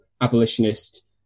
abolitionist